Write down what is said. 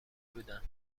بودند